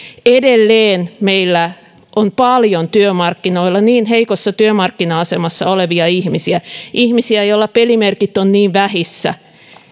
edelleen meillä on paljon työmarkkinoilla niin heikossa työmarkkina asemassa olevia ihmisiä ihmisiä joilla pelimerkit ovat niin vähissä